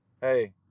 Hey